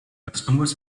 customers